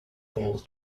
ball